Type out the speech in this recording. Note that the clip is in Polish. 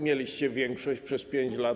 Mieliście większość przez 5 lat.